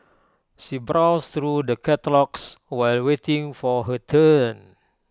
she browsed through the catalogues while waiting for her turn